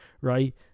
Right